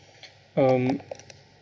um